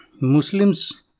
Muslims